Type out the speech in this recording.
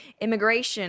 immigration